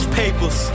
papers